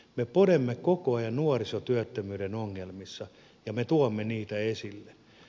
me podemme koko ajan nuorisotyöttömyyden ongelmia ja me tuomme niitä esiin